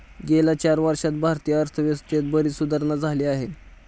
गेल्या चार वर्षांत भारतीय अर्थव्यवस्थेत बरीच सुधारणा झाली आहे